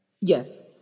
Yes